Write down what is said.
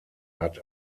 hat